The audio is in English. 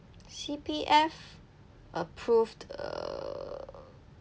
C_P_F approved err